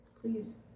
Please